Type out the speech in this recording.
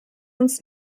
uns